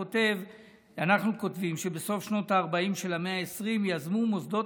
אנחנו כותבים שבסוף שנות הארבעים של המאה ה-20 יזמו מוסדות